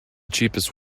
cheapest